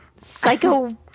Psycho-